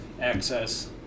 access